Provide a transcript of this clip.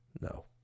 no